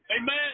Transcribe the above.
Amen